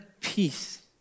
peace